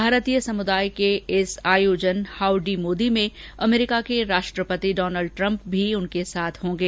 भारतीय समुदाय के इस आयोजन हाउडी मोदी में अमरीका के राष्ट्रपति डॉनल्ड ट्रम्प भी उनके साथ होंगे